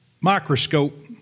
microscope